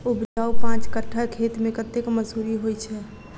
उपजाउ पांच कट्ठा खेत मे कतेक मसूरी होइ छै?